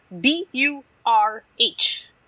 B-U-R-H